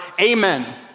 Amen